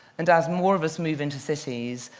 and as more of us move into cities,